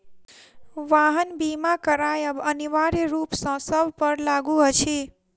वाहन बीमा करायब अनिवार्य रूप सॅ सभ पर लागू अछि